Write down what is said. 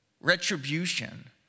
retribution